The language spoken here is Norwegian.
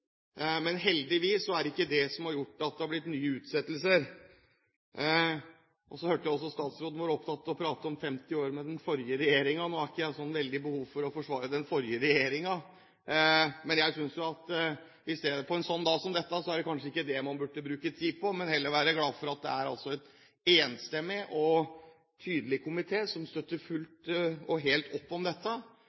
Men heldigvis er det ikke det som har gjort at det har blitt nye utsettelser. Så hørte jeg at statsråden var opptatt av å prate om 50 år med den forrige regjeringen. Nå har ikke jeg veldig behov for å forsvare den forrige regjeringen, men jeg synes at på en dag som denne er det kanskje ikke det man burde bruke tid på. Man burde heller være glad for at det er en enstemmig og tydelig komité som fullt og helt støtter opp om dette.